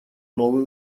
новые